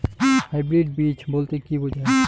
Hybrid বীজ বলতে কী বোঝায়?